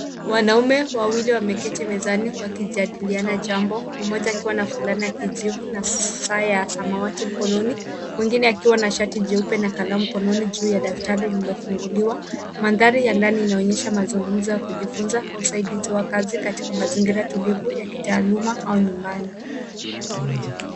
Wanaume wawili wameketi mezani wakijadiliana jambo, mmoja akiwa na fulana ya kijivu na saa ya samawati mkononi, mwingine akiwa na shati jeupe na kalamu mkononi juu ya daftari lililofunguliwa. Mandhari ya ndani inaonyesha mazungumzo ya kujifunza au usaidizi wa kazi katika mazingira tulivu ya kitaaluma au nyumbani.